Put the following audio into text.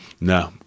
No